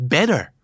Better